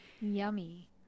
yummy